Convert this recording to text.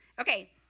Okay